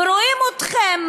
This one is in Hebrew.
ורואים אתכם,